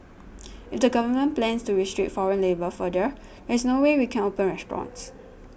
if the Government plans to restrict foreign labour further there is no way we can open restaurants